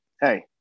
hey